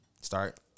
start